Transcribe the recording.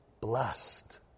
blessed